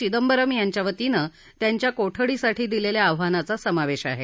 घिदंबरम यांच्या वतीनं त्यांच्या कोठडीसाठी दिलेल्या आव्हानाचा समावेश आहे